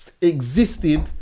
existed